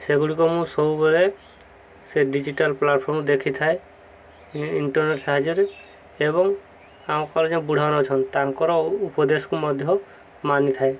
ସେଗୁଡ଼ିକ ମୁଁ ସବୁବେଳେ ସେ ଡିଜିଟାଲ ପ୍ଲାଟଫର୍ମରେ ଦେଖିଥାଏ ଇଣ୍ଟରନେଟ୍ ସାହାଯ୍ୟରେ ଏବଂ ଆମ କାଳେ ଯେଉଁ ବୁଢ଼ାମାନେ ଅଛଛନ୍ତି ତାଙ୍କର ଉପଦେଶକୁ ମଧ୍ୟ ମାନିଥାଏ